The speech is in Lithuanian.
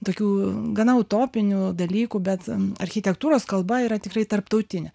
tokių gana utopinių dalykų bet architektūros kalba yra tikrai tarptautinė